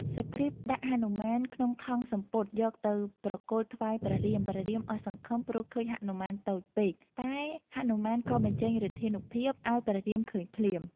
សុគ្រីព ដាក់ហនុមានក្នុងថង់សំពត់ យកទៅប្រគល់ថ្វាយព្រះរាម ព្រះរាមអស់សង្ឃឹម ព្រោះឃើញហនុមាន តូចពេក តែហនុមានក៏បញ្ចេញឫទ្ធានុភាព ឱ្យព្រះរាមឃើញភ្លាម។